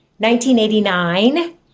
1989